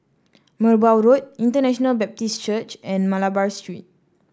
Merbau Road International Baptist Church and Malabar Street